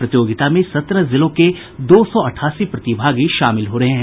प्रतियोगिता में सत्रह जिलों के दो सौ अठासी प्रतिभागी शामिल हो रहे हैं